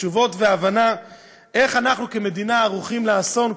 תשובות ולאבין איך אנחנו כמדינה ערוכים לאסון,